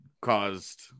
caused